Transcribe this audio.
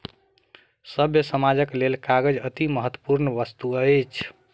सभ्य समाजक लेल कागज अतिमहत्वपूर्ण वस्तु अछि